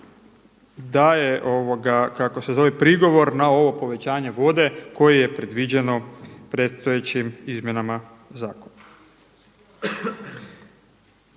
daje prigovor na ovo povećanje vode koje je predviđeno predstojećim izmjenama zakona.